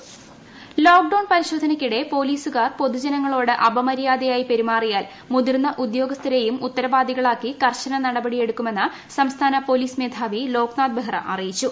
Loknath Behra lockdown പരിശോധനയ്ക്കിടെ പൊലീസുകാർ പൊതുജനങ്ങളോട് അപമര്യാദയായി പെരുമാറിയാൽ മുതിർന്ന ഉദ്യോഗസ്ഥരെയും ഉത്തരവാദികളാക്കി കർശന നടപടിയെടുക്കുമെന്ന് സംസ്ഥാന പൊലീസ് മേധാവി ലോക്നാഥ് ബെഹ്റ അറിയിച്ചു